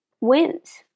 wins